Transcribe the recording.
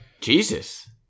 Jesus